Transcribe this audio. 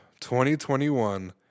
2021